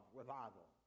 revival